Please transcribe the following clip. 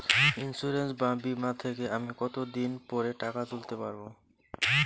Insurance বা বিমা থেকে আমি কত দিন পরে টাকা তুলতে পারব?